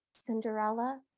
Cinderella